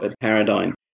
paradigm